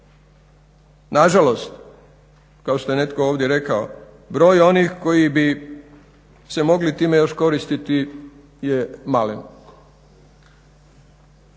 Nažalost, kao što je netko ovdje rekao, broj onih koji bi se mogli time još koristiti je malen.